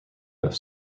have